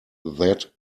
that